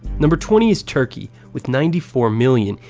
number twenty is turkey with ninety four million,